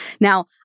Now